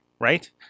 right